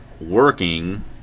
working